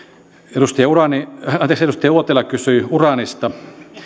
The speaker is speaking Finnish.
edustaja uraani anteeksi edustaja uotila kysyi uraanista